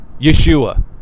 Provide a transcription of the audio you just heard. Yeshua